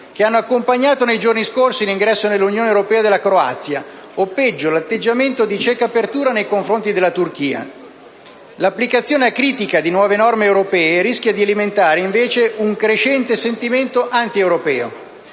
che hanno accompagnato nei giorni scorsi l'ingresso nell'Unione europea della Croazia o, peggio, l'atteggiamento di cieca apertura nei confronti della Turchia. L'applicazione acritica di nuove norme europee rischia di alimentare invece un crescente sentimento antieuropeo.